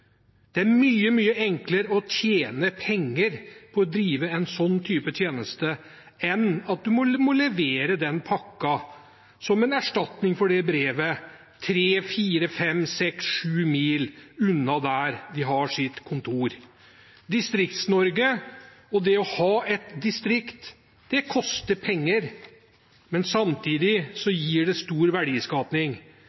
Det er mye, mye enklere å tjene penger på å drive en slik tjeneste enn å levere pakker – som en erstatning for brev – 3, 4, 5, 6 eller 7 mil unna der man har kontor. Distrikts-Norge, og det ha et distrikt, koster penger, men samtidig